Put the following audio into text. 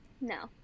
No